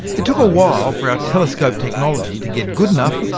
it took a while for our telescope technology to get good enough,